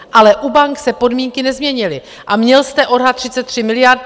Ale u bank se podmínky nezměnily a měl jste odhad 33 miliard.